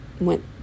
went